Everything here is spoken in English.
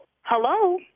Hello